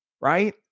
right